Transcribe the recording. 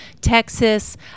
texas